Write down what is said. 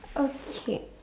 okay